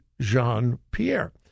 Jean-Pierre